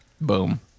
boom